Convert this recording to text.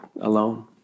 alone